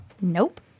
Nope